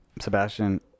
Sebastian